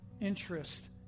interest